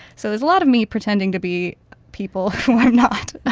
so there's a lot of me pretending to be people who are not.